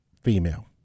female